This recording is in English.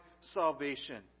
salvation